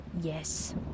Yes